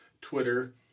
Twitter